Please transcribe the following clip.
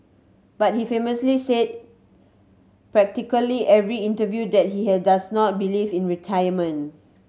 but he famously says practically every interview that he had does not believe in retirement